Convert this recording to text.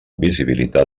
visibilitat